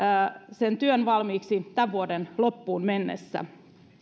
sen työn valmiiksi tämän vuoden loppuun mennessä